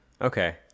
Okay